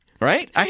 Right